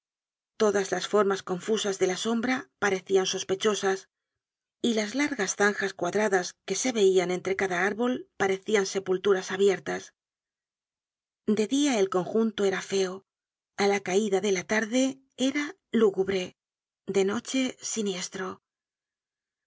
todas las formas confusas de la sombra parecian sospechosas y las largas zanjas cuadradas que se veian entre cada árbol parecian sepulturas abiertas de dia el conjunto era feo á la caida de la tarde era lúgubre de noche siniestro